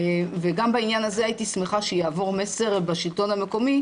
וגם בעניין ה זה הייתי שמחה שיעבור מסר בשלטון המקומי,